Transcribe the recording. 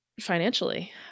financially